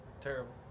Terrible